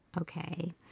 Okay